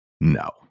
no